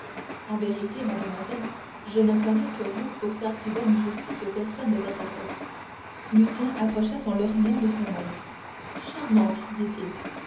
en vérité mademoiselle je ne connais que vous pour faire si bonne justice aux personnes de votre sexe lucien approcha son lorgnon de son oeil charmante dit-il